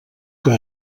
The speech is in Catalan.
que